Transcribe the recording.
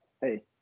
Hey